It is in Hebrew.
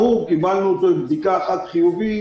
קיבלנו אותו מכוחות הביטחון עם בדיקה אחת חיובית,